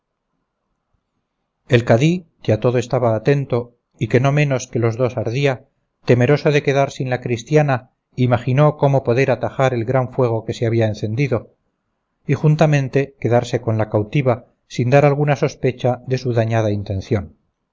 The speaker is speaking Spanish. a todo estaba atento y que no menos que los dos ardía temeroso de quedar sin la cristiana imaginó cómo poder atajar el gran fuego que se había encendido y juntamente quedarse con la cautiva sin dar alguna sospecha de su dañada intención